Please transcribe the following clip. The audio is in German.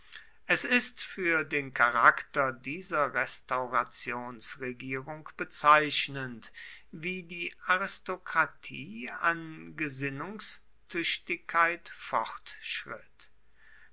es ist für den charakter dieser restaurationsregierung bezeichnend wie die aristokratie an gesinnungstüchtigkeit fortschritt